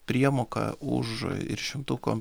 priemoka už ir šimtukom